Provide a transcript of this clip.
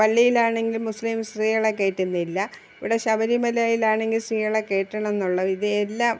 പള്ളിയിലാണെങ്കിലും മുസ്ലിം സ്ത്രീകളെ കയറ്റുന്നില്ല ഇവിടെ ശബരിമലയിൽ ആണെങ്കിൽ സ്ത്രീകളെ കയറ്റണം എന്നുള്ള ഇതെല്ലാം